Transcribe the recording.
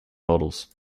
models